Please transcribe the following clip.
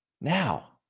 Now